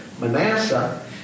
Manasseh